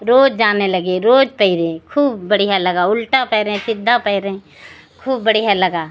रोज जाने लगे रोज तैरे खूब बढ़ियाँ लगा उल्टा तैरे सीधा तैरे खूब बढ़ियाँ लगा